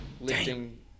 Lifting